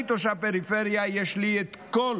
אני תושב הפריפריה, יש לי את כל